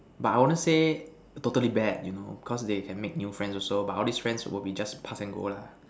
but I wouldn't say totally bad you know cause they can make new friends also but all these friends will be just pass and go lah